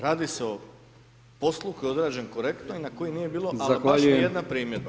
Radi se o poslu koji je odrađen korektno i na koji nije bilo ama baš ni jedna primjedba.